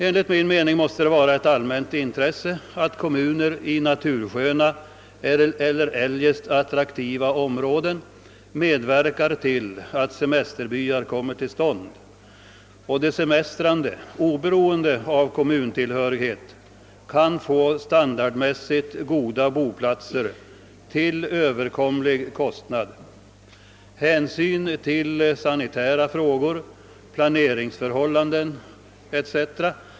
Enligt min mening måste det vara ett allmänt intresse att kommuner i natursköna eller eljest attraktiva områden medverkar till att semesterbyar kommer till stånd och till ati de semestrande, oberoende av kommuntillhörighet, kan få boplatser av god standard och till överkomlig kostnad. Hänsynen till sanitära frågor, planeringsförhållanden etc.